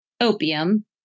opium